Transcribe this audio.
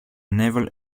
naval